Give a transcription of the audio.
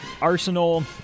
Arsenal